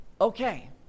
okay